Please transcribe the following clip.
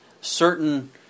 certain